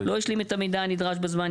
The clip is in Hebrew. לא השלים את המידע הנדרש בזמן,